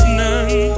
none